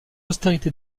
austérité